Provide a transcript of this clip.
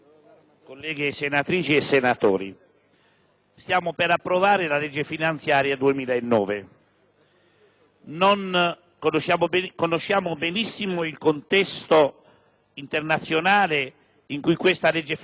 Conosciamo benissimo il contesto internazionale in cui essa si è sviluppata, un contesto caratterizzato da una crisi gravissima,